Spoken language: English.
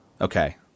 Okay